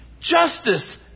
justice